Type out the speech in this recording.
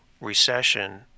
recession